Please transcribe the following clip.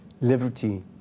liberty